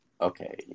okay